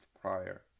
prior